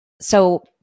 So-